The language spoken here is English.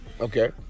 Okay